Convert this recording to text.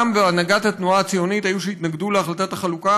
גם בהנהגת התנועה הציונית היו שהתנגדו להחלטת החלוקה,